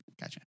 Gotcha